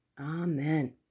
Amen